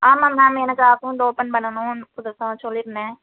ஆமாம் மேம் எனக்கு account open பண்ணணும்னு புதுசாக சொல்லியிருந்தேன்